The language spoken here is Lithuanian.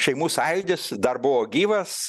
šeimų sąjūdis dar buvo gyvas